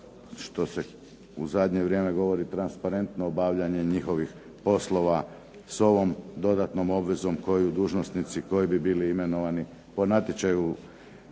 što se u zadnje vrijeme govori, transparentno obavljanje njihovih poslova s ovom dodatnom obvezom koju dužnosnici koji bi bili imenovani po natječaju,